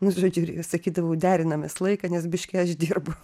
nu žodžiu sakydavau derinamės laiką nes biškį aš dirbu